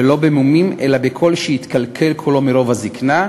ולא במומים, אלא בקול, שיתקלקל קולו מרוב הזיקנה,